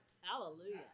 Hallelujah